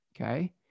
okay